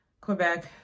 Quebec